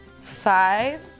Five